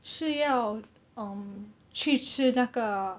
是要 um 去吃那个